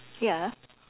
ya